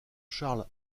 charles